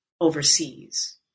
overseas